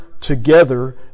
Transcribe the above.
together